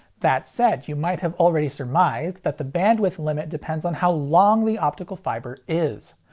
that said, you might have already surmised that the bandwidth limit depends on how long the optical fiber is.